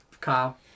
Kyle